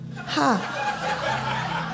ha